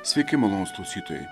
sveiki malonūs klausytojai